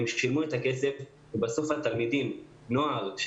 הם שילמו את הכסף ובסוף הנוער לא